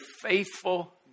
faithful